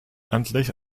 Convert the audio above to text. endlich